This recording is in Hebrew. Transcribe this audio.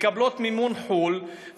מקבלות מימון מחו"ל,